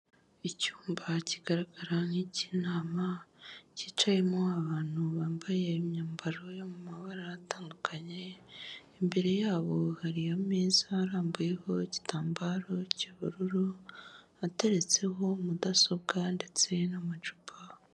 Icyumba kigaragara nk'ikinama cyicayemo abantu bambaye imyambaro yo mu mabara atandukanye, imbere yabo hari ameza arambuyeho igitambaro cy'ubururu, ateretseho mudasobwa ndetse n'amacupa.